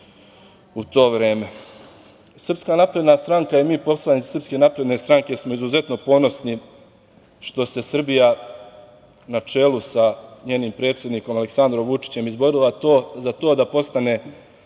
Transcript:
u to vreme. Srpska napredna stranka i mi poslanici Srpske napredne stranke smo izuzetno ponosni što se Srbija na čelu sa njenim predsednikom Aleksandrom Vučićem izborima za to da postane samostalna,